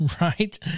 Right